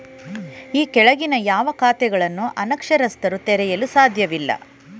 ಈ ಕೆಳಗಿನ ಯಾವ ಖಾತೆಗಳನ್ನು ಅನಕ್ಷರಸ್ಥರು ತೆರೆಯಲು ಸಾಧ್ಯವಿಲ್ಲ?